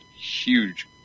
huge